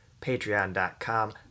patreon.com